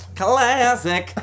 classic